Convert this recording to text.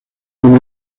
con